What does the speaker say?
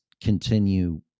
continue